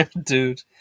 Dude